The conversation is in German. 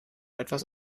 etwas